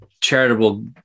charitable